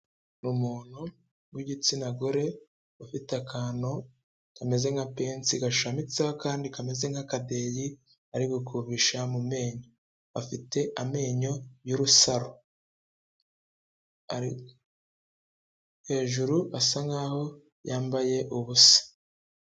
Umuntu w'igitsina gore ufite akantu kameze nka pensi, gashamitseho akandi kameze nk'akaderi ari gukubisha mu menyo, afite amenyo y'urusaro hejuru asa nk'aho yambaye ubusa.